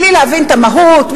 בלי להבין את המהות,